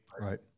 Right